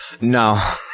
no